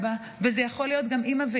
וזה יכול להיות גם אבא ואבא,